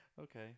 Okay